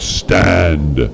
stand